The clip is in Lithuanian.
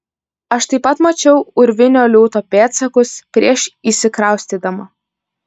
aš taip pat mačiau urvinio liūto pėdsakus prieš įsikraustydama